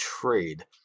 trade